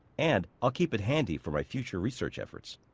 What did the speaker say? and, i'll keep it handy for my future research efforts.